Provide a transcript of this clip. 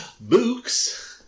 books